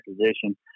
position